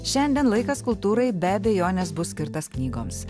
šiandien laikas kultūrai be abejonės bus skirtas knygoms